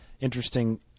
interesting